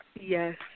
Yes